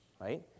right